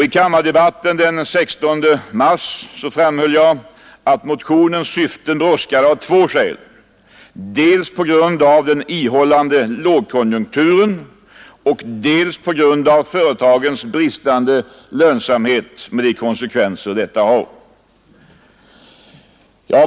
I kammardebatten den 16 mars framhöll jag att motionens genomförande brådskade av två skäl: dels på grund av den ihållande lågkonjunkturen, dels på grund av företagens bristande lönsamhet, med de konsekvenser detta har.